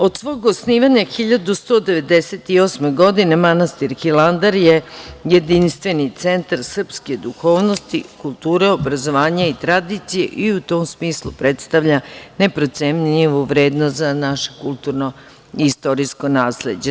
Od svog osnivanja 1198. godine manastir Hilandar je jedinstveni centar srpske duhovnosti, kulture, obrazovanja i tradicije i u tom smislu predstavlja neprocenljivu vrednost za naše kulturno i istorijsko nasleđe.